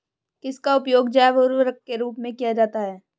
किसका उपयोग जैव उर्वरक के रूप में किया जाता है?